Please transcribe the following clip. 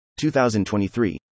2023